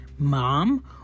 mom